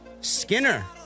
Skinner